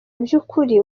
byukuri